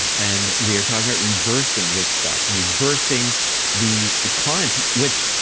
and we are talking about reversing this stuff, reversing these the clients which,